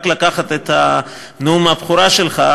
רק לקחת את נאום הבכורה שלך,